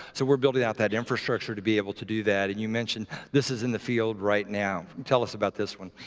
so we're building out that infrastructure to be able to do that. and you mentioned this is in the field right now. and tell us about this one.